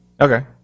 Okay